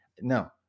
no